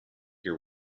hear